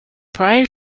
prior